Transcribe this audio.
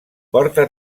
porta